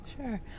Sure